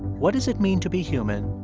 what does it mean to be human,